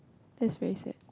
that's very sad